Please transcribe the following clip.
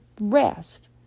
rest